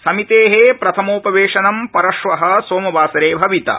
समिते प्रथमोपवेशनम् परश्व सोमवासरे भविता